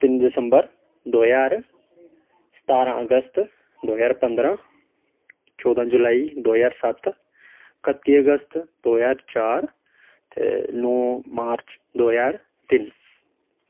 तिन्न दिसंबर दो ज्हार सतारां अगस्त दो ज्हार पंदरां चौदां जुलाई दो ज्हार सत्त कत्ती अगस्त दो ज्हार चार ते नौ मार्च दो ज्हार तिन्न